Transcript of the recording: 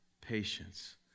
patience